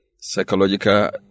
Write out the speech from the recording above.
psychological